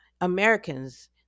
Americans